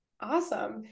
Awesome